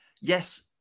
yes